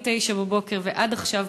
מ-09:00 ועד עכשיו,